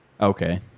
Okay